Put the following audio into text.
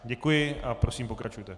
Děkuji a prosím, pokračujte.